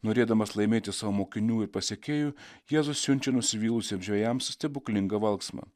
norėdamas laimėti savo mokinių ir pasekėjų jėzus siunčia nusivylusiems žvejams stebuklingą valksmą